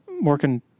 working